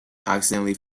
accidentally